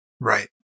Right